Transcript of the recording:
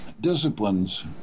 disciplines